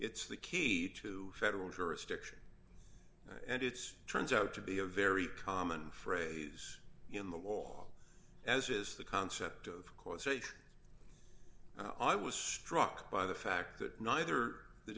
it's the key to federal jurisdiction and it's turns out to be a very common phrase in the law as is the concept of course age i was struck by the fact that neither the